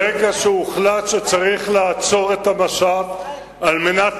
ברגע שהוחלט שצריך לעצור את המשט על מנת